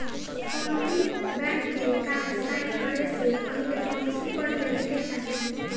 कौनोभी बैंक के कागज़ साइन करे से पहले पॉलिसी पढ़ लेवे के चाही